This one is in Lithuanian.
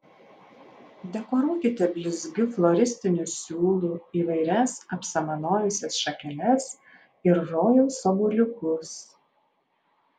dekoruokite blizgiu floristiniu siūlu įvairias apsamanojusias šakeles ir rojaus obuoliukus